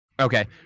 Okay